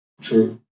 True